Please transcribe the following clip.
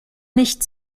nicht